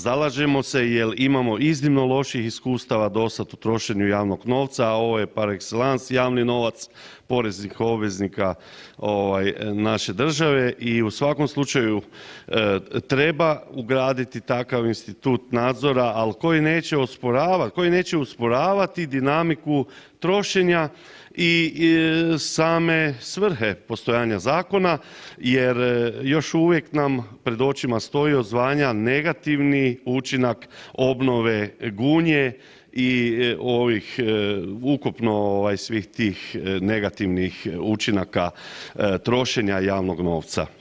Zalažemo se jer imamo iznimno loših iskustava dosad u trošenju javnog novca, a ovo je parexellance javni novac, poreznih obveznika naše države i u svakom slučaju treba ugraditi takav institut nadzora, ali koji neće usporavati, koji neće usporavati dinamiku trošenja i same svrhe postojanja zakona jer još uvijek nam pred očima stoji, odzvanja negativni učinak obnove Gunje i ovih ukupno ovaj svih tih negativnih učinaka trošenja javnog novca.